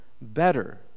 better